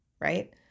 right